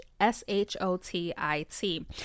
S-H-O-T-I-T